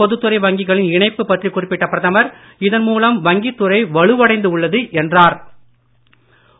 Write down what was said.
பொதுத்துறை வங்கிகளின் இணைப்பு பற்றிக் குறிப்பிட்ட பிரதமர் இதன் மூலம் வங்கித்துறை வலுவடைந்து உள்ளது என்றார் அவர்